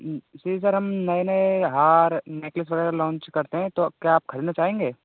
जी sir हम नए नए हार नेकलेस वगैरह लॉन्च करते हैं तो क्या आप खरीदना चाहेंगे